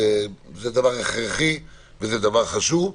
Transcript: זה דבר הכרחי ודבר חשוב.